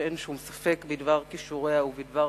ואין שום ספק בדבר כישוריה ובדבר